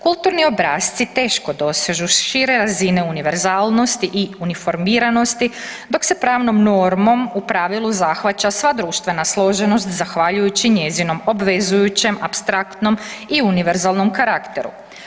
Kulturni obrasci teško dosežu šire razine univerzalnosti i uniformiranosti dok se pravnom normom u pravilu zahvaća sva društvena složenost zahvaljujući njezinom obvezujućem, apstraktnom i univerzalnom karakteru.